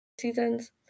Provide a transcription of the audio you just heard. seasons